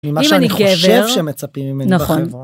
ממה שאני חושב שמצפים ממני בחברה.